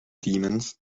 demons